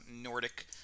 Nordic